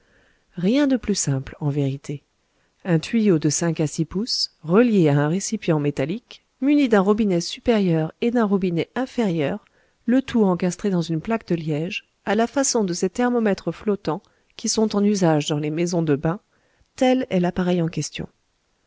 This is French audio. rien de plus simple en vérité un tuyau de cinq à six pouces relié à un récipient métallique muni d'un robinet supérieur et d'un robinet inférieur le tout encastré dans une plaque de liège à la façon de ces thermomètres flottants qui sont en usage dans les maisons de bains tel est l'appareil en question